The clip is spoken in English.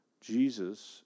Jesus